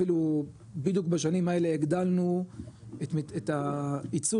אפילו בדיוק בשנים האלה הגדלנו את הייצור